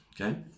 Okay